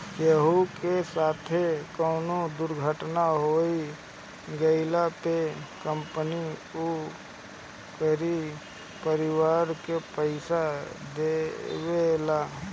केहू के साथे कवनो दुर्घटना हो गइला पे कंपनी उनकरी परिवार के पईसा देवेला